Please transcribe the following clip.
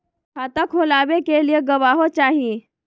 खाता खोलाबे के लिए गवाहों चाही?